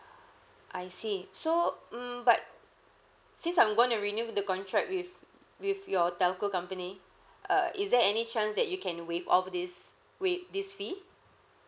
I see so mm but since I'm going to renew the contract with with your telco company uh is there any chance that you can waive off this waive this fee